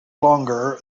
longer